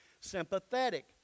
sympathetic